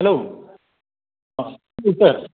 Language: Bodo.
हेलौ औ सार